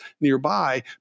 nearby